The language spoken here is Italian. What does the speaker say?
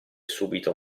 subito